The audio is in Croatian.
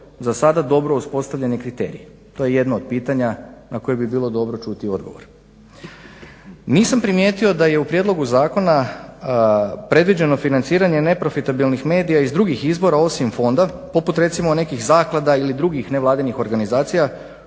za sada dobro uspostavljeni kriteriji. To je jedno od pitanja na koje bi bilo dobro čuti odgovor. Nisam primijetio da je u prijedlogu zakona predviđeno financiranje neprofitabilnih medija iz drugih izvora osim fonda poput recimo nekih zaklada ili drugih nevladinih organizacija